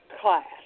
class